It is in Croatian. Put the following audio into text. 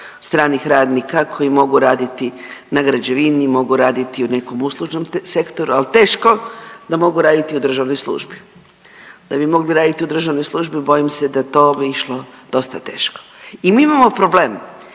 stranih radnika koji mogu raditi na građevini, mogu raditi u nekom uslužnom sektoru, al teško da mogu raditi u državnoj službi. Da bi mogli raditi u državnoj službi bojim se da bi to išlo dosta teško. I mi imamo problem.